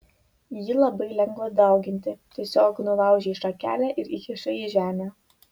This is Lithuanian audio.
jį labai lengva dauginti tiesiog nulaužei šakelę ir įkišai į žemę